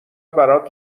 برات